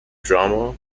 drama